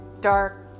dark